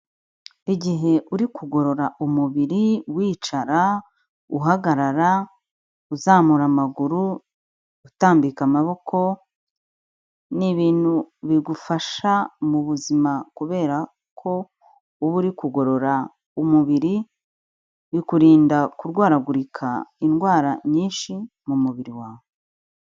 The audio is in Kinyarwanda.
Igihe uri kugorora umubiri wicara, uhagarara, uzamura amaguru, utambika amaboko, ni ibintu bigufasha mu buzima kubera ko uba uri kugorora umubiri bikurinda kurwaragurika indwara nyinshi mu mubiri wawe.